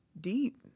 deep